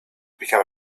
become